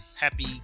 happy